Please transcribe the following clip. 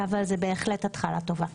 זה לא יספיק אבל התחלה טובה.